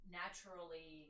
naturally